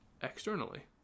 externally